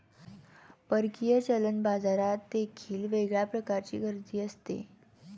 परकीय चलन बाजारात देखील वेगळ्या प्रकारची गर्दी असते